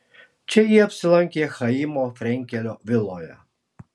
čia jie apsilankė chaimo frenkelio viloje